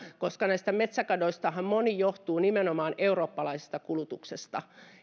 koska näistä metsäkadoistahan moni johtuu nimenomaan eurooppalaisesta kulutuksesta